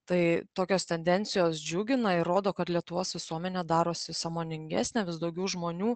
tai tokios tendencijos džiugina ir rodo kad lietuvos visuomenė darosi sąmoningesnė vis daugiau žmonių